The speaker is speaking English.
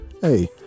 hey